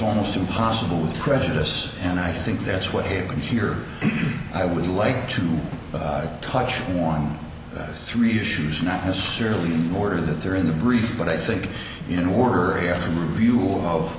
almost impossible with credulous and i think that's what happened here and i would like to touch on three issues not necessarily in order that they're in the brief but i think in order after review of